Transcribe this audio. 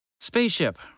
Spaceship